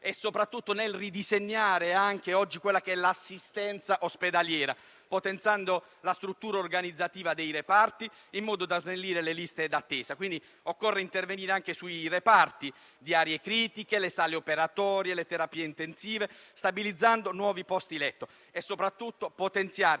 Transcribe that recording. e soprattutto nel ridisegnare l'assistenza ospedaliera, potenziando la struttura organizzativa dei reparti in modo da snellire le liste d'attesa. Quindi, occorre intervenire anche sui reparti di aree critiche, sulle sale operatorie e le terapie intensive, stabilizzando nuovi posti letto; soprattutto è necessario